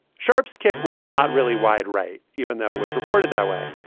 sharpe's kick was not really wide, right, even though it was reported that way.